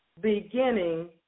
beginning